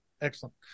Excellent